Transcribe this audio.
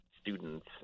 students